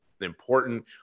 important